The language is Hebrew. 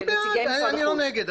אני לא נגד,